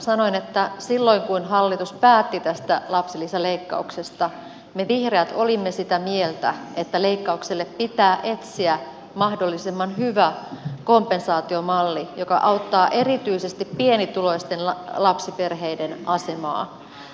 sanoin että silloin kun hallitus päätti tästä lapsilisäleikkauksesta me vihreät olimme sitä mieltä että leikkaukselle pitää etsiä mahdollisimman hyvä kompensaatiomalli joka auttaa erityisesti pienituloisten lapsiperheiden asemaa